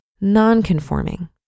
non-conforming